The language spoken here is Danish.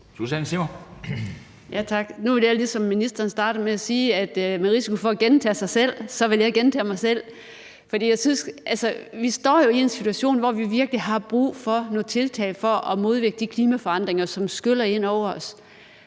Susanne Zimmer (FG): Tak. Nu vil jeg ligesom ministeren starte med at sige, at det er med risiko for at gentage mig selv. Vi står jo i en situation, hvor vi virkelig har brug for nogle tiltag for at modvirke de klimaforandringer, som skyller ind over os,